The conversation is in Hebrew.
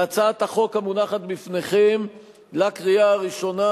והצעת החוק המונחת לפניכם לקריאה ראשונה